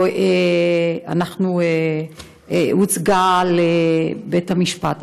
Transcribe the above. זה הוצג לבית-המשפט.